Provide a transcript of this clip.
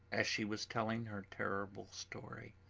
as she was telling her terrible story,